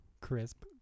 Crisp